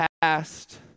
past